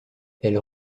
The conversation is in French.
elles